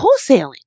wholesaling